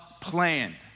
plan